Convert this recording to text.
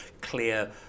clear